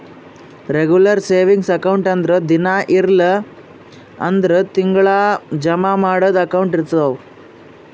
regular savings account ಅಂದುರ್ ದಿನಾ ಇಲ್ಲ್ ಅಂದುರ್ ತಿಂಗಳಾ ಜಮಾ ಮಾಡದು ಅಕೌಂಟ್ ಇರ್ತುದ್